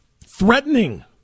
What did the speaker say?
threatening